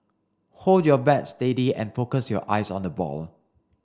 hold your bat steady and focus your eyes on the ball